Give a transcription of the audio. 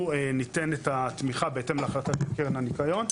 ניתן את התמיכה בהתאם להחלטת קרן הניקיון,